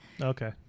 Okay